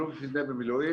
אלוף משנה במילואים,